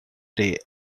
day